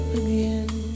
again